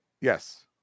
Yes